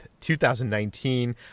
2019